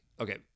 Okay